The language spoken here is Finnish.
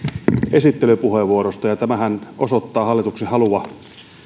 esittelypuheenvuorosta tämähän osoittaa hallituksen halua